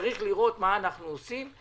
צריך לראות מה אנחנו עושים.